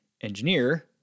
engineer